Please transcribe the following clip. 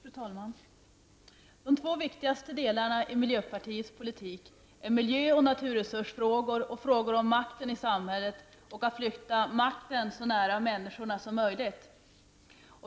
Fru talman! De två viktigaste delarna i miljöpartiets politik är miljö och naturresursfrågor och frågor om makten i samhället och om att flytta makten så nära människorna som möjligt.